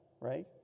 right